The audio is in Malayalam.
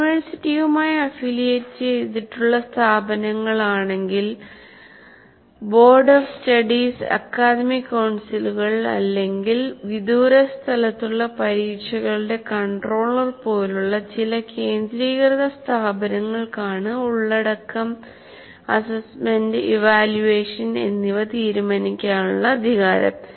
യൂണിവേഴ്സിറ്റിയുമായി അഫിലിയേറ്റ് ചെയ്തിട്ടുള്ള സ്ഥാപനങ്ങൾ ആണെങ്കിൽ ബോർഡ് ഓഫ് സ്റ്റഡീസ് അക്കാദമിക് കൌൺസിലുകൾ അല്ലെങ്കിൽ വിദൂരസ്ഥലത്തുള്ള പരീക്ഷകളുടെ കൺട്രോളർ പോലുള്ള ചില കേന്ദ്രീകൃത സ്ഥാപനങ്ങൾക്കാണ് ഉള്ളടക്കംഅസസ്സ്മെന്റ് ഇവാല്യൂവേഷൻ എന്നിവ തീരുമാനിക്കാനുള്ള അധികാരം